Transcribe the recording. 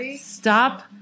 Stop